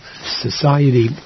society